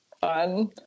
fun